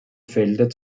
felder